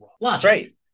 right